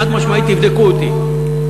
חד-משמעית, תבדקו אותי.